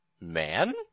man